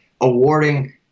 awarding